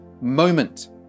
moment